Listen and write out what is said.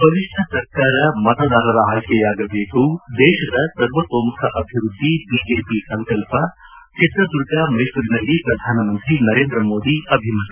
ಬಲಿಷ್ನ ಸರ್ಕಾರ ಮತದಾರರ ಆಯ್ಕೆಯಾಗಬೇಕು ದೇಶದ ಸರ್ವತೋಮುಖ ಅಭಿವೃದ್ದಿ ಬಿಜೆಪಿ ಸಂಕಲ್ಪ ಚಿತ್ರದುರ್ಗ ಮೈಸೂರಿನಲ್ಲಿ ಪ್ರಧಾನಿ ನರೇಂದ್ರಮೋದಿ ಅಭಿಮತ